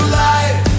life